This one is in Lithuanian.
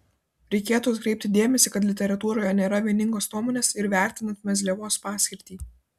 reikėtų atkreipti dėmesį kad literatūroje nėra vieningos nuomonės ir vertinant mezliavos paskirtį